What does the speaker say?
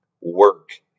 work